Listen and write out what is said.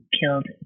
killed